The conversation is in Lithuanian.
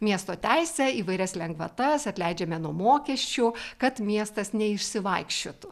miesto teisę įvairias lengvatas atleidžiame nuo mokesčių kad miestas neišsivaikščiotų